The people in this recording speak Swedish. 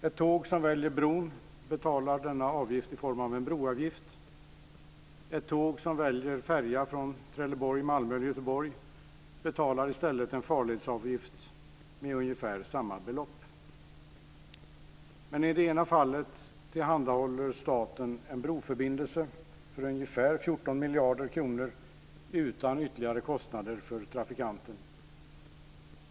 Ett tåg som väljer bron betalar en broavgift, ett tåg som väljer färjan från Trelleborg, Malmö eller Göteborg betalar i stället en farledsavgift med ungefär samma belopp. Men i det ena fallet tillhandahåller staten en broförbindelse för ungefär 14 miljarder kronor utan ytterligare kostnader för trafikanten.